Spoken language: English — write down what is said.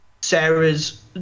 Sarah's